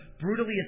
brutally